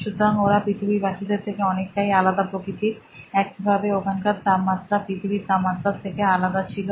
সুতরাং ওরা পৃথিবীবাসীদের থেকে অনেকটাই আলাদা প্রকৃতির একইভাবে ওখানকার তাপমাত্রা পৃথিবীর তাপমাত্রার থেকে আলাদা ছিল